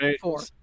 Four